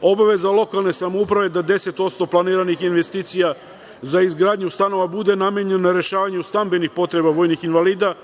obaveza lokalne samouprave da 10% planiranih investicija za izgradnju stanova, bude namenjena za rešavanje stambenih potreba vojnih invalida,